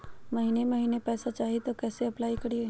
महीने महीने पैसा चाही, तो कैसे अप्लाई करिए?